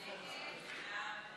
ההסתייגות של קבוצת סיעת מרצ